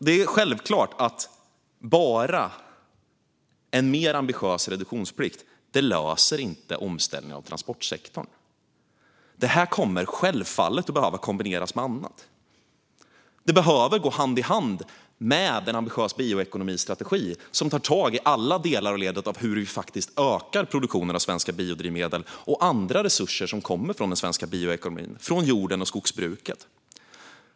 Det är självklart att enbart en mer ambitiös reduktionsplikt inte löser omställningen av transportsektorn. Det här kommer självfallet att behöva kombineras med annat. Det behöver gå hand i hand med en ambitiös bioekonomistrategi som tar tag i alla delar i ledet för hur vi ökar produktionen av svenska biodrivmedel och andra resurser som kommer från den svenska bioekonomin, såsom jorden och skogsbruket.